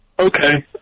Okay